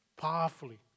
powerfully